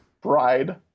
bride